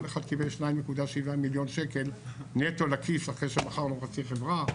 כל אחד קיבל 2.7 מיליון שקל נטו לכיס אחרי שמכרנו חצי חברה,